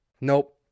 Nope